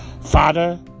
Father